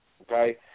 okay